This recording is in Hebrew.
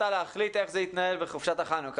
להחליט איך זה יתנהל בחופשת החנוכה?